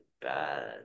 bad